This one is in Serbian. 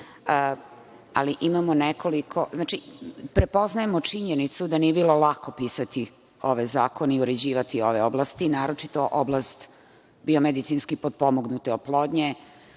koji su trenutno važeći. Prepoznajemo činjenicu da nije bilo lako pisati ove zakone i uređivati ove oblasti, a naročito oblast biomedicinski potpomognute oplodnje,